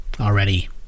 already